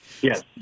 Yes